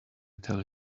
tell